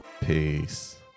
peace